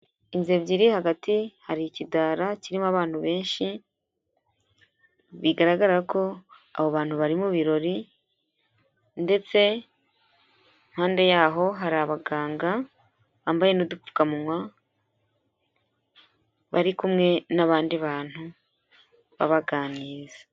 Inzu ebyiri hagati hari ikidara kirimo abantu benshi, bigaragara ko abo bantu bari mu birori ndetse hanze yaho hari abaganga bambaye n'udupfukamuwa bari kumwe n'abandi bantu babaganiriza.